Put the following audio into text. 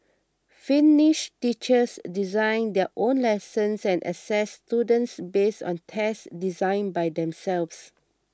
finnish teachers design their own lessons and assess students based on tests designed by themselves